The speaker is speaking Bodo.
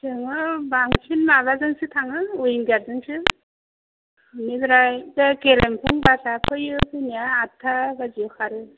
जोङो बांसिन माबाजोंसो थाङो विंगारजोंसो बेनिफ्राय बे गेलेफु बासआ फैयो फैनाया आदथा बायदिआव खारो